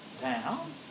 down